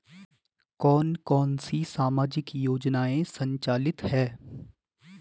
कौन कौनसी सामाजिक योजनाएँ संचालित है?